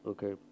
Okay